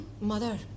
mother